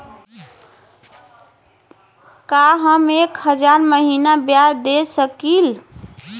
का हम एक हज़ार महीना ब्याज दे सकील?